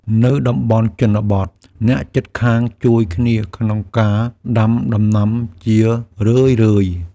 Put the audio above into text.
នៅតំបន់ជនបទ អ្នកជិតខាងជួយគ្នាក្នុងការដាំដំណាំជារឿយៗ។